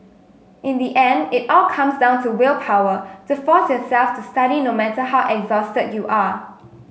in the end it all comes down to willpower to force yourself to study no matter how exhausted you are